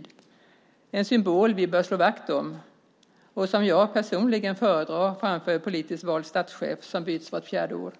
Den är en symbol vi bör slå vakt om och som jag personligen föredrar framför en politiskt vald statschef som byts vart fjärde år.